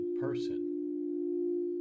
person